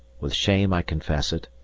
with shame i confess it,